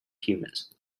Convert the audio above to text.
humans